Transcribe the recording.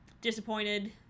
disappointed